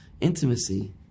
Intimacy